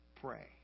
pray